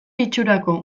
itxurako